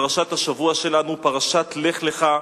פרשת השבוע שלנו היא פרשת לך לך,